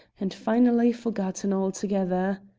and finally forgotten altogether.